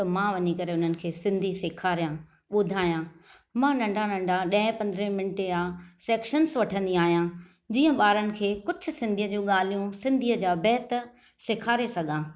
त मां वञी करे उन्हनि खे सिंधी सेखारियां बु॒धायां मां नंढा नंढा ड॒हें पंद्रहें मिंटे जा सेक्शन्स वठंदी आहियां जीअं बा॒रनि खे कुझु सिंधीअ जूं गा॒ल्हियूं सिंधीअ जा बैत सेखारे सघां